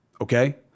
okay